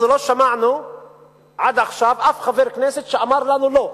אנחנו לא שמענו עד עכשיו אף חבר כנסת שאמר לנו לא,